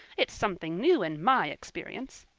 it's something new in my experience.